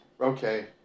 Okay